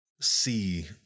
see